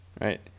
right